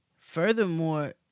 furthermore